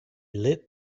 lit